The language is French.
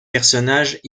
personnages